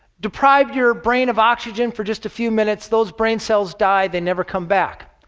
deprive your brain of oxygen for just a few minutes, those brain cells die, they never come back.